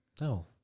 No